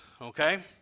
Okay